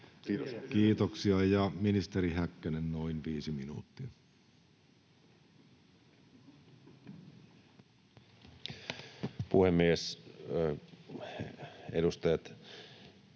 Content: Ministeri Ikonen, noin viisi minuuttia,